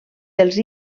dels